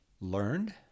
learned